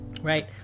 right